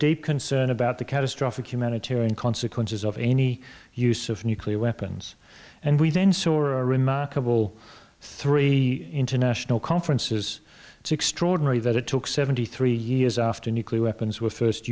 deep concern about the catastrophic humanitarian consequences of any use of nuclear weapons and we then saw a remarkable three international conferences it's extraordinary that it took seventy three years after nuclear weapons were first